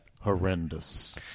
horrendous